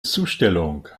zustellung